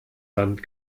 sand